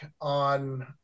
on